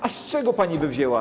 A z czego pani by wzięła?